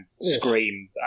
scream